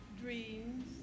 dreams